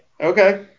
Okay